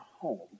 home